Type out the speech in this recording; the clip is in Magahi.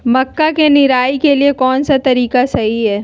मक्का के निराई के लिए कौन सा तरीका सही है?